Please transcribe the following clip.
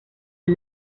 die